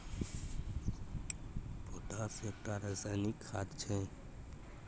potash एकटा रासायनिक खाद छै